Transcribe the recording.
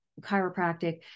chiropractic